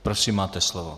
Prosím, máte slovo.